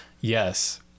Yes